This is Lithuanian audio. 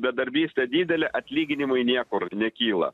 bedarbystė didelė atlyginimai niekur nekyla